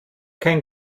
kein